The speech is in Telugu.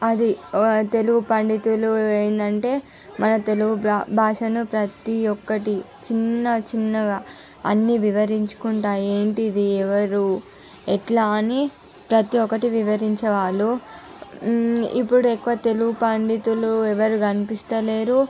అది తెలుగు పండితులు ఏంటంటే మన తెలుగు భాషను ప్రతి ఒక్కటి చిన్న చిన్నగా అన్ని వివరించుకుంటా ఏంటిది ఎవరు ఎట్లా అని ప్రతి ఒక్కటి వివరించే వాళ్ళు ఇప్పుడు ఎక్కువ తెలుగు పండితులు ఎవరు కనిపిస్తలేరు